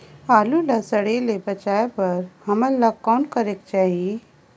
आलू ला सड़े से बचाये बर हमन ला कौन करेके चाही?